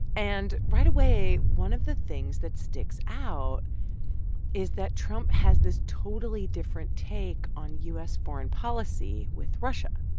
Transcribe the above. and right away, one of the things that sticks out is that trump has this totally different take on u s. foreign policy with russia,